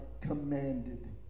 commanded